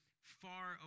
far